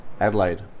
Adelaide